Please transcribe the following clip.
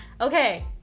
Okay